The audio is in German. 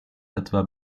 etwa